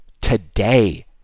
today